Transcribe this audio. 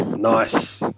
nice